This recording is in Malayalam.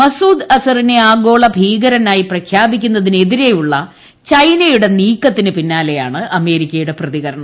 മസൂദ് അസ്രറിനെ ആഗോള ഭീകരനായി പ്രഖ്യാപിക്കുന്നതിനെ തിരെയുള്ള ചൈനയുടെ നീക്കത്തിന് പിന്നാലെയാണ് അമേരിക്ക യുടെ പ്രതികരണം